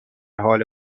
حال